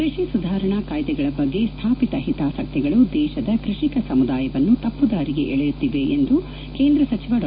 ಕ್ಟಷಿ ಸುಧಾರಣಾ ಕಾಯ್ದೆಗಳ ಬಗ್ಗೆ ಸ್ಥಾಪಿತ ಹಿತಾಸಕ್ತಿಗಳು ದೇಶದ ಕೃಷಿಕ ಸಮುದಾಯವನ್ನು ತಮ್ತ ದಾರಿಗೆ ಎಳೆಯುತ್ತಿವೆ ಎಂದು ಕೇಂದ್ರ ಸಚಿವ ಡಾ